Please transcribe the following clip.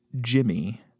Jimmy